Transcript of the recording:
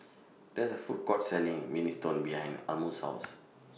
There IS A Food Court Selling Minestrone behind Almus' House